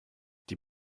die